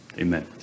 Amen